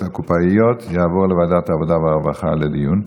הקופאיות יעבור לוועדת העבודה והרווחה לדיון.